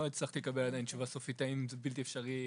הצלחתי לקבל עדיין תשובה סופית האם זה בלתי אפשרי